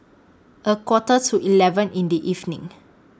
A Quarter to eleven in The evening